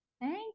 Thank